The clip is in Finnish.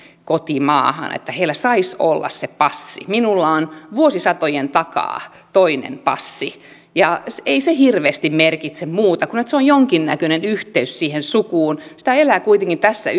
kotimaahan on se että heillä saisi olla se passi minulla on vuosisatojen takaa toinen passi ja ei se hirveästi merkitse muuta kuin että se on jonkinnäköinen yhteys siihen sukuun sitä elää kuitenkin tässä